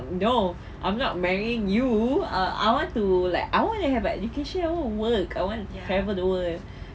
no I'm not marrying you uh I want to like I want to have like education I want to work I want to travel the world